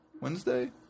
Wednesday